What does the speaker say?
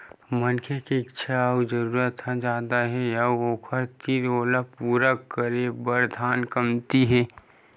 मनखे के इच्छा अउ जरूरत ह जादा हे अउ ओखर तीर ओला पूरा करे बर धन कमती हे